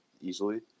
easily